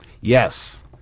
yes